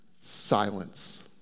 Silence